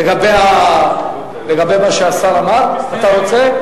לגבי מה שהשר אמר, אתה רוצה?